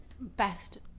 best